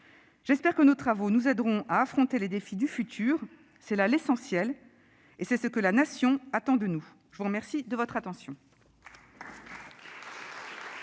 J'espère que nos travaux nous aideront à affronter les défis du futur. C'est là l'essentiel. Et c'est ce que la Nation attend de nous. Merci, madame la rapporteure,